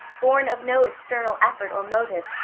born of no external effort or motive,